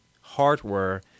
hardware